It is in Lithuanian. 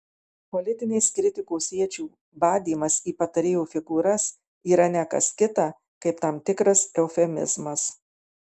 politinės kritikos iečių badymas į patarėjų figūras yra ne kas kita kaip tam tikras eufemizmas